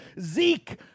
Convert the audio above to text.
Zeke